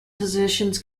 positions